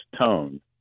tone